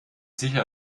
sicher